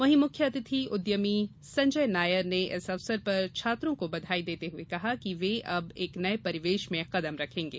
वहीं मुख्य अतिथि उद्यमी सजय नायर ने इस अवसर पर छात्रों को बधाई देते हुए कहा कि वे अब एक नये परिवेश में कदम रखेंगे